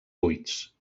buits